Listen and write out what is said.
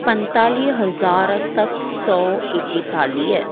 पंजतालीह हज़ार सत सौ एकतालीह